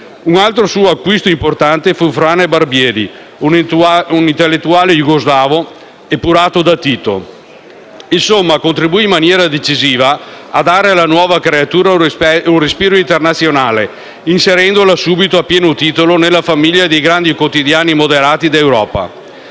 Un altro suo acquisto importante fu Frane Barbieri, un intellettuale jugoslavo epurato da Tito. Insomma, contribuì in maniera decisiva a dare alla nuova creatura un respiro internazionale, inserendola subito a pieno titolo nella famiglia dei grandi quotidiani moderati d'Europa.